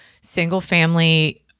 single-family